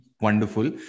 wonderful